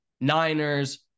Niners